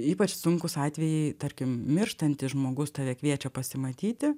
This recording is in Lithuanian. ypač sunkūs atvejai tarkim mirštantis žmogus tave kviečia pasimatyti